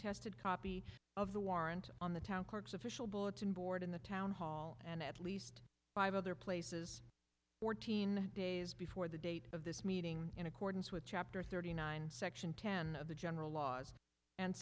tested copy of the warrant on the town courts official bulletin board in the town hall and at least five other places fourteen days before the date of this meeting in accordance with chapter thirty nine section ten of the general laws and